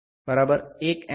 D 1 M